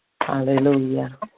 Hallelujah